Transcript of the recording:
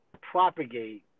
propagate